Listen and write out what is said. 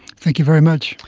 thank you very much.